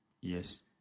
Yes